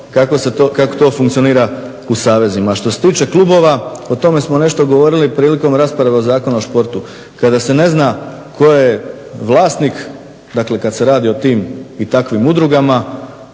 kako to funkcionira u savezima. A što se tiče klubova, o tome smo nešto govorili prilikom rasprave o Zakonu o športu. Kada se ne zna tko je vlasnik, dakle kad se radi o tim i takvim udrugama